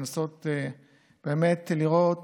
לנסות באמת לראות